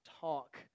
talk